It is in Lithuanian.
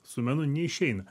su menu neišeina